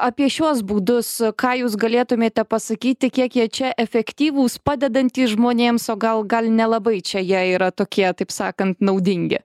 apie šiuos būdus ą jūs galėtumėte pasakyti kiek jie čia efektyvūs padedantys žmonėms o gal gal nelabai čia jie yra tokie taip sakan naudingi